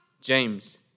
James